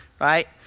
right